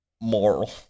moral